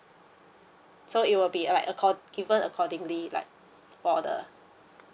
so it will be uh like accor~ given accordingly like for the